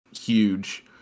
huge